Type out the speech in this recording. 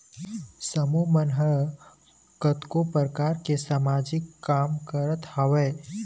समूह मन ह कतको परकार के समाजिक काम करत हवय